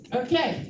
okay